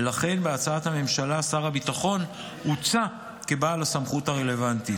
ולכן בהצעת הממשלה שר הביטחון הוצע כבעל הסמכות הרלוונטית.